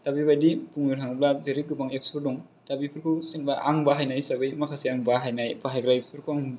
दा बेबादि बुंनो थाङोब्ला जेरै गोबां एफ्स फोर दं दा बेफोरखौ जेन'बा आं बाहायनाय हिसाबै माखासे आं बाहायनाय बाहायग्रा एफ्स फोरखौ आं